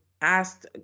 asked